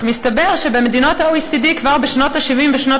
אך מסתבר שבמדינות ה-OECD כבר בשנות ה-70 ושנות